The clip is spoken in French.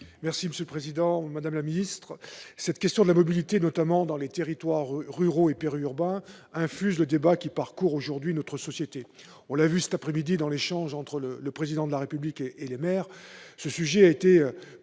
est à M. le rapporteur. Madame la ministre, cette question de la mobilité, notamment dans les territoires ruraux et périurbains, infuse le débat qui parcourt aujourd'hui notre société. On l'a vu cet après-midi dans l'échange entre le Président de la République et les maires : ce sujet a été